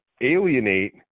alienate